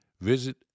visit